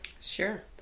Sure